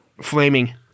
Flaming